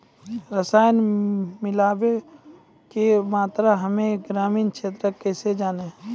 रसायन मिलाबै के मात्रा हम्मे ग्रामीण क्षेत्रक कैसे जानै?